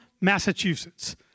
Massachusetts—